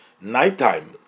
nighttime